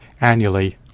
annually